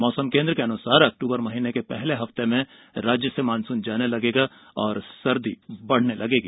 मौसम केंद्र के अनुसार अक्टूबर महीने के पहले हफ्ते में राज्य से मानसून जाने लगेगा और सर्दी बढ़ने लगेगी